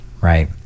right